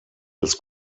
das